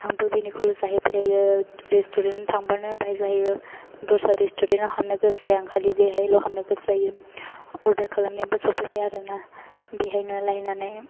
आंबो बेनिखौल' जाहैबाय थायो रेस्टुरेन्ट थांबानो बेहाय जाहैयो दस्रा रेस्टुरेन्ट आव थांनो गोसो जाया आं खालि बेहायल' हाबनो गोसो जायो अर्दार खालामनायाबो सफैबाय आरोना बेवहायनो लायनानै